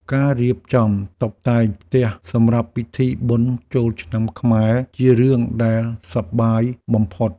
ការរៀបចំតុបតែងផ្ទះសម្រាប់ពិធីបុណ្យចូលឆ្នាំខ្មែរ ជារឿងដែលសប្បាយបំផុត។